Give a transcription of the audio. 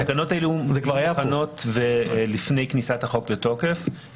התקנות האלה היו מוכנות לפני כניסת החוק לתוקף,